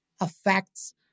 affects